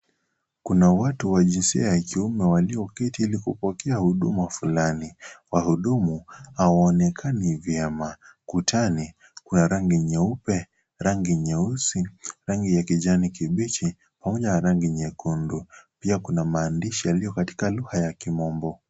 Kuna watu wa jinsia ya kiume walioketi kupokea huduma fulani wahudumu hawaonekani vyema kutani kuna rangi nyeupe, rangi nyeusi rangi ya kijani kibichi pamoja na rangi nyekundu pia kuna maandishi yaliokatika lugha ya kimombo.